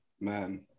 Man